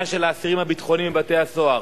של האסירים הביטחוניים בבתי-הסוהר,